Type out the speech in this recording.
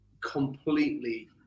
Completely